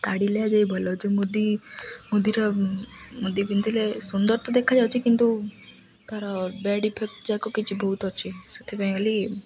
କାଢ଼ିଲେ ଯାଇ ଭଲ ଲାଗୁଛି ମୁଦି ମୁଦିର ମୁଦି ପିନ୍ଧିଲେ ସୁନ୍ଦର ତ ଦେଖାଯାଉଛି କିନ୍ତୁ ତା'ର ବ୍ୟାଡ଼୍ ଇଫେକ୍ଟ ଯାକ କିଛି ବହୁତ ଅଛି ସେଥିପାଇଁ ହେଲେ